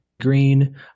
Green